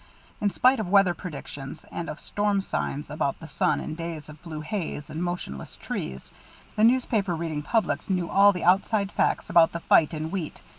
in spite of weather predictions and of storm signs about the sun and days of blue haze and motionless trees the newspaper-reading public knew all the outside facts about the fight in wheat,